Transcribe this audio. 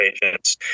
patients